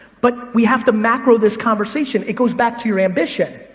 but we have to macro this conversation. it goes back to your ambition.